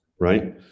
right